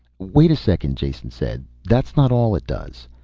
wait a second, jason said, that's not all it does.